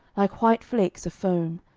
like white flakes of foam,